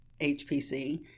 HPC